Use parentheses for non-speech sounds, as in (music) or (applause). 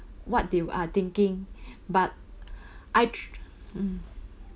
what they are thinking (breath) but (breath) I mm